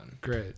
Great